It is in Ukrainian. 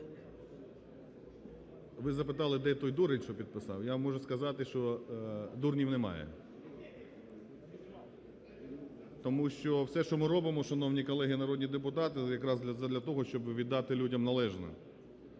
Ви запитали, де той дурень, що підписав. Я вам можу сказати, що дурнів немає. Тому що все, що ми робимо, шановні колеги народні депутати, якраз задля того, щоб віддати людям належне.